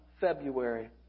february